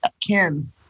Kim